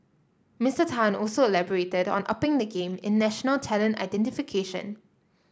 Mister Tan also elaborated on upping the game in national talent identification